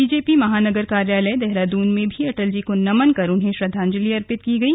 BJP महानगर कार्यालय देहरादून में भी अटल जी को नमन कर उन्हें श्रद्वांजलि अर्पित की गई